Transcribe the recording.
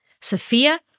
Sofia